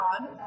on